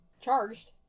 charged